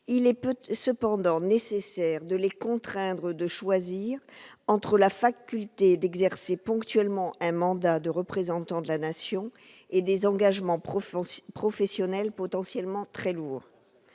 Il est cependant nécessaire de les contraindre de choisir entre la faculté d'exercer ponctuellement un mandat de représentant de la Nation et des engagements professionnels potentiellement très lourds.